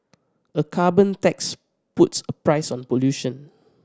a carbon tax puts a price on pollution